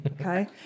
Okay